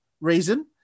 reason